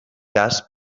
cas